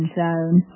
zone